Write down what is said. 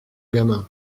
gamin